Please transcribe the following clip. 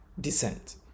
descent